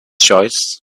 choice